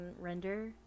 render